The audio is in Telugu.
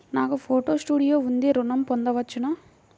నాకు ఫోటో స్టూడియో ఉంది ఋణం పొంద వచ్చునా?